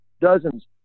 Dozens